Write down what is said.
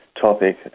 topic